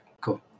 cool